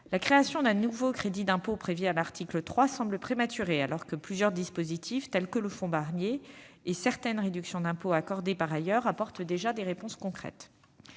La création d'un nouveau crédit d'impôt prévue à l'article 3 semble prématurée, alors que plusieurs dispositifs, tels que le fonds Barnier et certaines réductions d'impôt accordées par ailleurs, apportent déjà des réponses concrètes.